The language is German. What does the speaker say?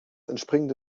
entspringende